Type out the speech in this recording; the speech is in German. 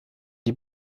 die